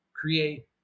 create